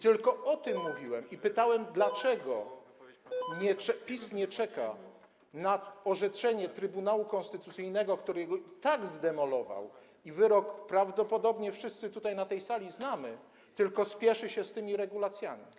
Tylko o tym mówiłem i pytałem, dlaczego PiS nie czeka na orzeczenie Trybunału Konstytucyjnego - który i tak zdemolował, wyrok prawdopodobnie wszyscy tutaj, na tej sali, znamy - tylko spieszy się z tymi regulacjami.